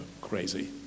crazy